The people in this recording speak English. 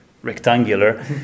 Rectangular